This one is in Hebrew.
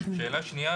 שאלה שנייה,